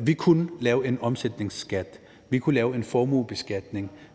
Vi kunne lave en omsætningsskat, vi kunne lave en formuebeskatning,